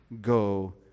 go